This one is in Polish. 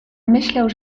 myślał